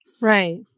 Right